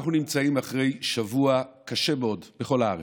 אנחנו נמצאים אחרי שבוע קשה מאוד בכל הארץ,